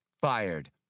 fired